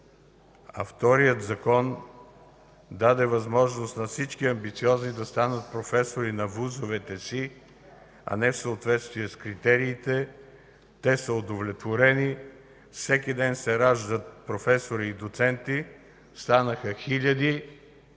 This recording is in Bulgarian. а вторият закон даде възможност на всички амбициозни да станат професори на вузовете си, а не в съответствие с критериите. Те са удовлетворени. Всеки ден се раждат професори и доценти. Станаха хиляди,